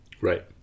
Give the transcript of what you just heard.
Right